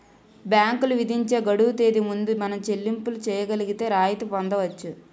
బ్యాంకులు విధించే గడువు తేదీ ముందు మనం చెల్లింపులు చేయగలిగితే రాయితీ పొందవచ్చు